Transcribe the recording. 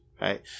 right